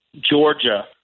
Georgia